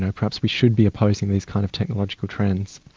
and perhaps we should be opposing these kind of technological trends.